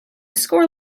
score